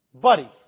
buddy